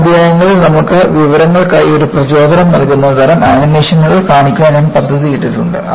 ചില അദ്ധ്യായങ്ങളിൽ നമുക്ക് വിവരങ്ങൾക്കായി ഒരു പ്രചോദനം നൽകുന്ന തരം ആനിമേഷനുകൾ കാണിക്കാൻ ഞാൻ പദ്ധതിയിട്ടിട്ടുണ്ട്